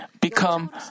become